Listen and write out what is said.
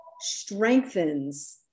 strengthens